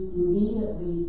immediately